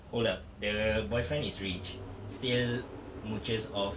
hold up the boyfriend is rich still mooches off